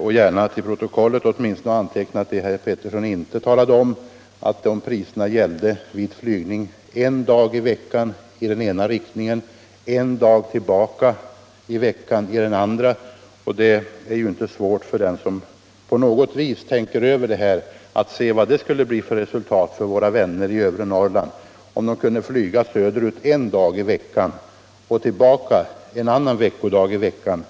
och gärna till protokollet få antecknat vad herr Petersson i Gäddvik inte talade om, nämligen att de priserna gällde vid flygning en dag i veckan i den ena riktningen och en dag i veckan i den andra riktningen. Det är inte svårt för den som tänker över detta att se vad det skulle bli för resultat för våra vänner i övre Norrland, om de kunde flyga söderut en dag i veckan och tillbaka en annan dag i veckan.